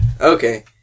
Okay